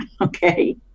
Okay